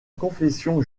confession